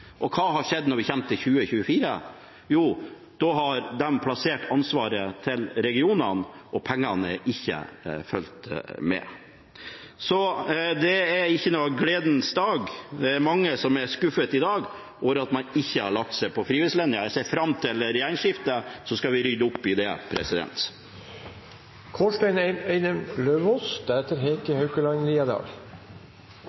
Og hva har skjedd før vi kommer til 2024? Jo, da har de plassert ansvaret hos regionene, og pengene har ikke fulgt med. Dette er ikke noen gledens dag. Det er mange som er skuffet i dag over at man ikke har lagt seg på frivillighetslinja. Jeg ser fram til regjeringsskiftet, så skal vi rydde opp i det.